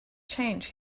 change